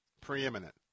preeminent